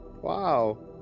Wow